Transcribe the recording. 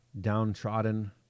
downtrodden